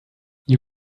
you